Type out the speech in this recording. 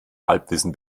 halbwissen